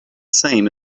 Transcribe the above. same